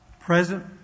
present